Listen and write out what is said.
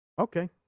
Okay